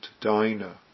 diner